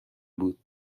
بود